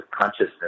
consciousness